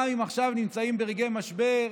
גם אם עכשיו נמצאים ברגעי משבר,